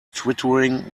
twittering